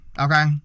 Okay